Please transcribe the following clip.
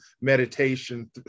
meditation